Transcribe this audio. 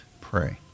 Pray